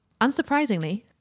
unsurprisingly